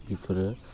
बेफोरो